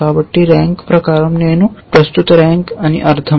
కాబట్టి ర్యాంక్ ప్రకారం నేను ప్రస్తుత ర్యాంక్ అని అర్థం